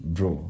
Bro